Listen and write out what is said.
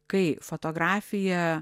kai fotografija